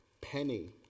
penny